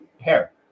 hair